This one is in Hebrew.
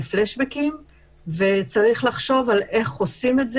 פלאשבקים וצריך לחשוב איך עושים את זה.